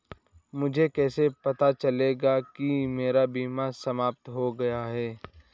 मुझे कैसे पता चलेगा कि मेरा बीमा समाप्त हो गया है?